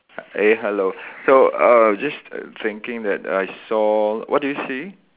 eh hello so uh just thinking that I saw what do you see